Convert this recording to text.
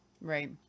Right